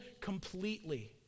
completely